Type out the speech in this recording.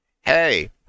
Hey